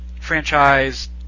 franchise